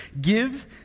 Give